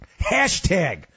Hashtag